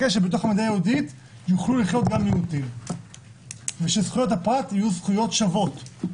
יוכלו לחיות מיעוטים וזכויות הפרט יהיו זכויות שוות,